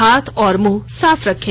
हाथ और मुंह साफ रखें